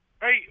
Hey